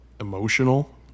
emotional